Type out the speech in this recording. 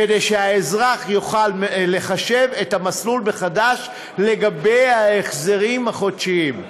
כדי שהאזרח יוכל לחשב מחדש את המסלול לגבי ההחזרים החודשיים.